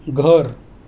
घर